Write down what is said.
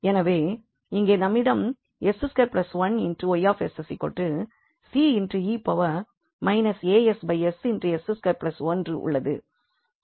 எனவே இங்கே நம்மிடம் 𝑠2 1𝑌𝑠 𝐶e a s s 𝑠2 1உள்ளது